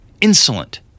insolent